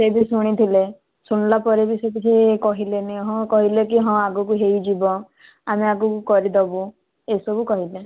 ସିଏ ବି ଶୁଣିଥିଲେ ଶୁଣିଲା ପରେ ବି ସିଏ କିଛି କହିଲେନି ହଁ କହିଲେ କି ହଁ ଆଗକୁ ହେଇଯିବ ଆମେ ଆଗକୁ କରିଦେବୁ ଏହିସବୁ କହିଲେ